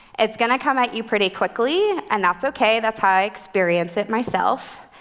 it's going to come at you pretty quickly, and that's okay that's how i experience it myself.